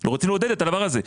לא רוצים לעודד את הדבר הזה.